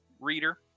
reader